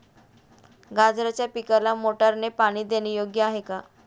गाजराच्या पिकाला मोटारने पाणी देणे योग्य आहे का?